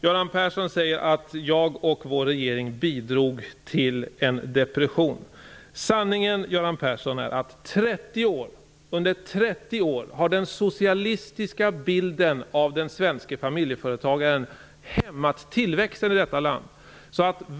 Göran Persson säger att jag och den borgerliga regeringen bidrog till en depression. Sanningen är, Göran Persson, att under 30 år har den socialistiska bilden av den svenske familjeföretagaren hämmat tillväxten i detta land.